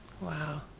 Wow